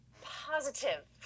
positive